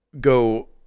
go